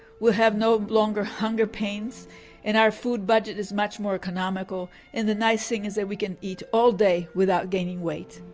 we'll have no longer hunger pains and our food budget is much more economical and the nice thing is that we can eat all day without gaining weight.